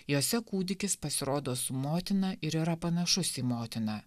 jose kūdikis pasirodo su motina ir yra panašus į motiną